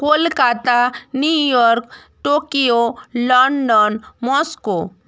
Kolkata New York Tokyo London Moscow